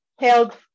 held